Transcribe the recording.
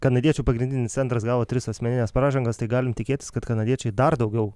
kanadiečių pagrindinis centras gavo tris asmenines pražangas tai galim tikėtis kad kanadiečiai dar daugiau